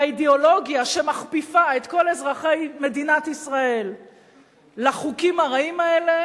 והאידיאולוגיה שמכפיפה את כל אזרחי מדינת ישראל לחוקים הרעים האלה